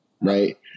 right